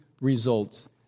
results